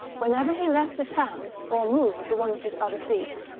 whenever he left the town, or moved to one of his other seats,